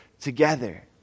together